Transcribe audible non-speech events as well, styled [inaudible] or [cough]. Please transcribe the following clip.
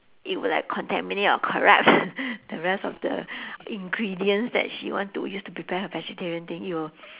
it will like contaminate or corrupt [laughs] the rest of the ingredients that she want to use to prepare her vegetarian thing it will